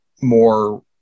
more